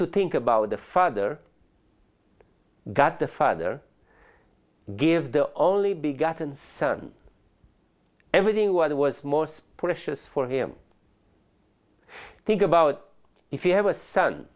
to think about the father god the father gave the only begotten son everything what was most precious for him think about if you have a son